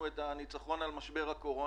גם אותם עוד לא ראינו.